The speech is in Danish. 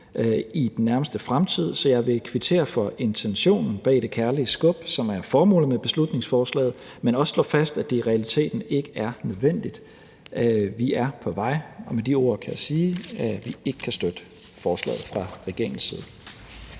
i den nærmeste fremtid, så jeg vil kvittere for intentionen bag det kærlige skub, som er formålet med beslutningsforslaget, men også slå fast, at det i realiteten ikke er nødvendigt. Vi er på vej, og med de ord kan jeg sige, at vi fra regeringens